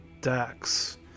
decks